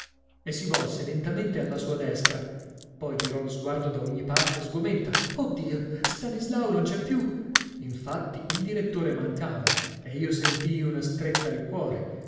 e si volse lentamente alla sua destra poi girò lo sguardo da ogni parte sgomenta o dio stanislao non c'è più infatti il direttore mancava e io sentii una stretta al cuore